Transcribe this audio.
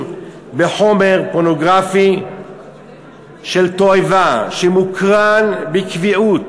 בחומר פורנוגרפי של תועבה שמוקרן בקביעות